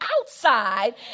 outside